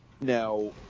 Now